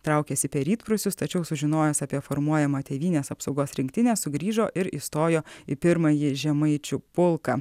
traukiasi per rytprūsius tačiau sužinojęs apie formuojamą tėvynės apsaugos rinktinę sugrįžo ir įstojo į pirmąjį žemaičių pulką